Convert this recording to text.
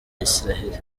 isiraheli